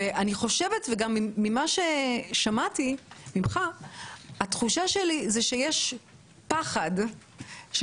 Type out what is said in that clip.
ממה ששמעתי ממך התחושה שלי היא שיש פחד של